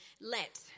let